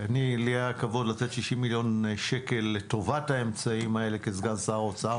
לי היה הכבוד לתת 60 מיליון שקל לטובת האמצעים האלה כסגן שר האוצר.